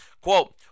Quote